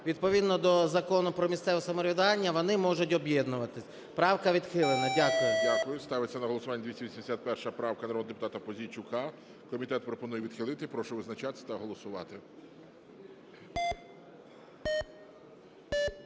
відповідно до Закону про місцеве самоврядування вони можуть об'єднуватись. Правка відхилена. Дякую. ГОЛОВУЮЧИЙ. Дякую. Ставиться на голосування 281 правка народного депутата Пузійчука. Комітет пропонує відхилити. Прошу визначатись та голосувати.